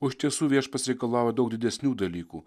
o iš tiesų viešpats reikalauja daug didesnių dalykų